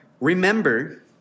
Remember